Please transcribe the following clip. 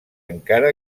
encara